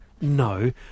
No